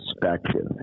perspective